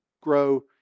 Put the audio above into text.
grow